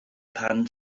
pan